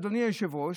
אדוני היושב-ראש,